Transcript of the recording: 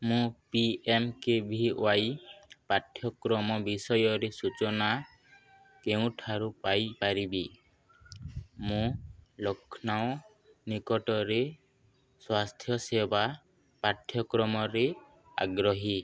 ମୁଁ P M K V Y ପାଠ୍ୟକ୍ରମ ବିଷୟରେ ସୂଚନା କେଉଁଠାରୁ ପାଇପାରିବି ମୁଁ ଲକ୍ଷ୍ନୌ ନିକଟରେ ସ୍ୱାସ୍ଥ୍ୟସେବା ପାଠ୍ୟକ୍ରମରେ ଆଗ୍ରହୀ